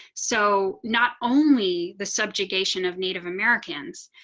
so not only the subjugation of native americans.